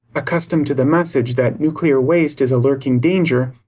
accustomed to the message that nuclear waste is a lurking danger.